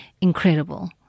incredible